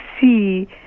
see